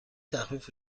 تخفیف